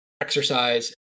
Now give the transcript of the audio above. exercise